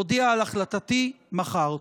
אודיע על החלטתי מחר.